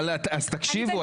תקשיבו,